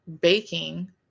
baking